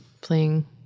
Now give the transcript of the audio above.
playing